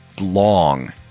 long